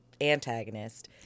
antagonist